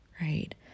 right